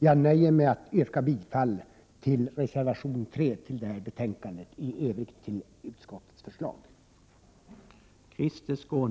Jag nöjer mig med att yrka bifall till reservation 3, som är fogad till detta betänkande och i övrigt till uskottets hemställan.